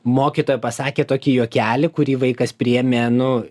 mokytoja pasakė tokį juokelį kurį vaikas priėmė nu